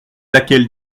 laquelle